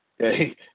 okay